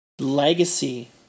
legacy